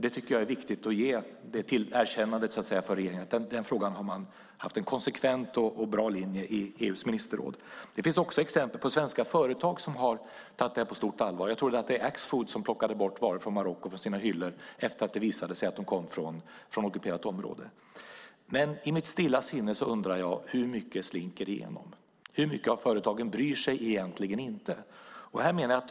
Det är viktigt att ge regeringen detta erkännande - i den frågan har man haft en konsekvent och bra linje i EU:s ministerråd. Det finns också exempel på svenska företag som har tagit detta på stort allvar. Jag tror att det var Axfood som plockade bort varor från Marocko från sina hyllor efter det att det visade sig att de kom från ockuperat område. Men i mitt stilla sinne undrar jag hur mycket som slinker igenom. Hur många av företagen bryr sig egentligen inte?